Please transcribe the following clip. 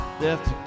left